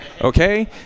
okay